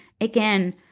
again